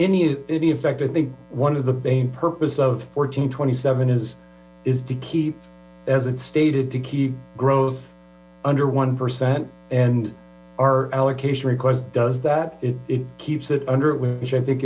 any any effect i think one of the main purpose of fourteen twenty seven is is to keep as it stated to keep growth under one percent and our allocation request does that it keeps under which i think